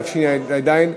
התשע"ד,